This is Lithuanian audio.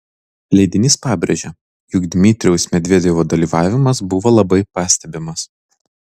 leidinys pabrėžia jog dmitrijaus medvedevo dalyvavimas buvo labai pastebimas